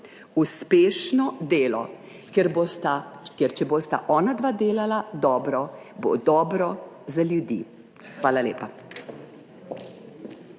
kjer bosta, ker če bosta onadva delala dobro, bo dobro za ljudi. Hvala lepa.